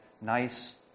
nice